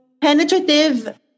penetrative